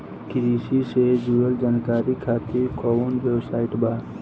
कृषि से जुड़ल जानकारी खातिर कोवन वेबसाइट बा?